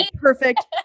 perfect